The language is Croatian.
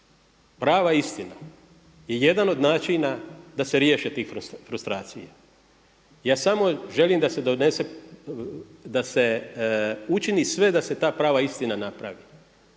prava istina je jedan od načina da se riješe tih frustracija. Ja samo želim da se donese, da se učini sve da se ta prava istina napravi,